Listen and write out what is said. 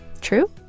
True